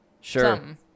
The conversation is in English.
Sure